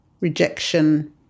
rejection